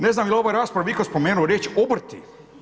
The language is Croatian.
Ne znam je u ovoj raspravi itko spomenuo riječ obrti.